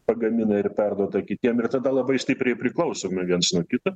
pagamina ir perduoda kitiem ir tada labai stipriai priklausomi viens nuo kito